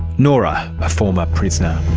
nora, a former prisoner.